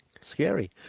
Scary